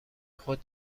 خود